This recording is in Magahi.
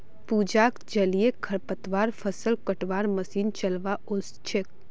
पूजाक जलीय खरपतवार फ़सल कटवार मशीन चलव्वा ओस छेक